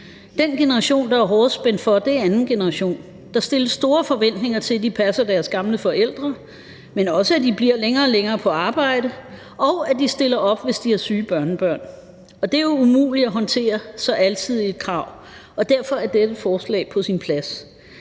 Den generation, der er hårdest spændt for, er anden generation. Der stilles store forventninger til, at de passer deres gamle forældre, men også at de bliver længere og længere på arbejde, og at de stiller op, hvis de har syge børnebørn. Og det er jo umuligt at håndtere så alsidige krav, og derfor er dette forslag på sin plads.